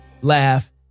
laugh